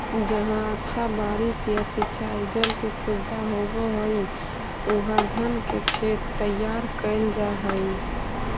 जहाँ अच्छा बारिश या सिंचाई जल के सुविधा होवऽ हइ, उहाँ धान के खेत तैयार कैल जा हइ